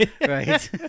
Right